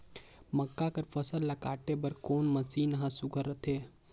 मक्का कर फसल ला काटे बर कोन मशीन ह सुघ्घर रथे?